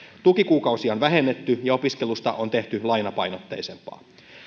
tukikuukausia on vähennetty ja opiskelusta on tehty lainapainotteisempaa